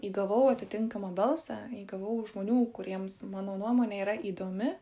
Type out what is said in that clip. įgavau atitinkamą balsą įgavau žmonių kuriems mano nuomonė yra įdomi